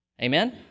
Amen